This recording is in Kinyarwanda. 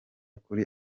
kuri